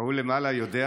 ההוא למעלה יודע.